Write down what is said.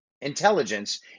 intelligence